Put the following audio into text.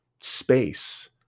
space